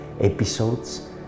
episodes